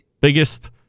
biggest